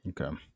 Okay